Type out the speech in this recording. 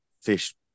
fish